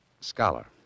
scholar